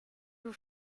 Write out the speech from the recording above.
vous